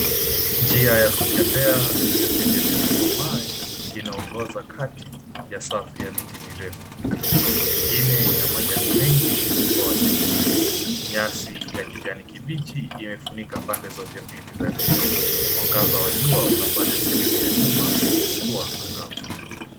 Njia ya kutembea iliyotengenezwa kwa mawe, inaongoza kati ya safu ya miti mirefu. Miti mingine ina majani mengi ikitoa kivuli. Nyasi ya kijani kibichi, imefunika pande zote mbili za njia. Mwangaza wa jua unafanya sehemu ya nyuma kuwa angavu.